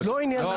לצורך העניין,